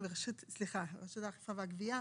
מרשות האכיפה והגבייה.